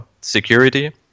security